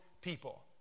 people